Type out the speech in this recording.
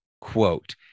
quote